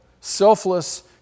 Selfless